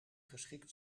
geschikt